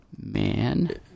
man